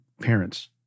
parents